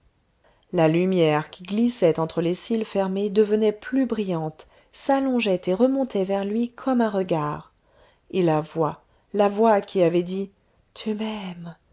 la lumière qui glissait entre les cils fermés devenait plus brillante s'allongeait et remontait vers lui comme un regard et la voix la voix qui avait dit tu m'aimes